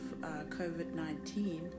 COVID-19